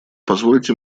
позвольте